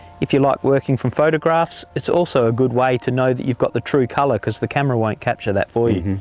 if you like working from photographs, it's also a good way to know you've got the true colour, cause the camera won't capture that for you.